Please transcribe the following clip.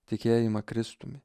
tikėjimą kristumi